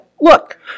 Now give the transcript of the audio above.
Look